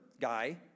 guy